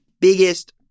biggest